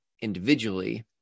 individually